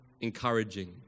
encouraging